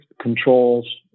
controls